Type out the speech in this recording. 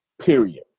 Period